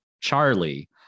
Charlie